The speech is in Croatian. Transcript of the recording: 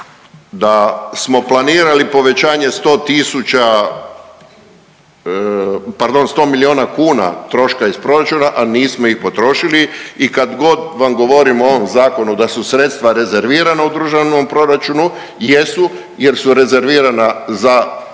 da smo planirali povećanje 100.000 pardon 100 milijuna kuna iz proračuna, a nismo ih potrošili i kadgod vam govorim o ovom zakonu da su sredstva rezervirana u državnom proračunu, jesu jer su rezervirana za prethodnu